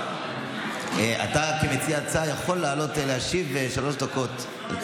אתה כמציע ההצעה יכול לעלות ולהשיב שלוש דקות.